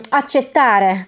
accettare